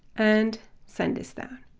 and send this down.